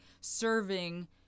serving